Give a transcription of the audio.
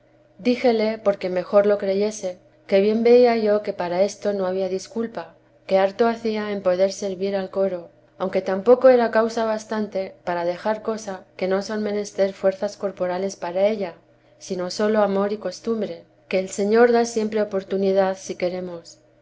díjele porque mejor lo creyese que bien veía yo que para esto no había disculpa que harto hacía en poder servir al coro aunque tampoco era causa bastante para dejar cosa que no son menester fuerzas corporales para ella sino sólo amor y costumbre que el señor da siempre oportunidad si queremos